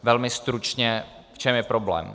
Velmi stručně v čem je problém?